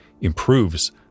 improves